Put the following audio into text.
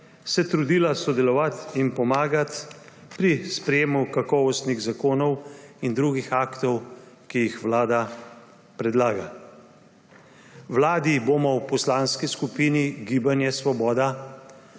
se trudila sodelovati in pomagati pri sprejetju kakovostnih zakonov in drugih aktov, ki jih Vlada predlaga. Vladi bomo v Poslanski skupini Gibanje Svoboda